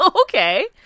Okay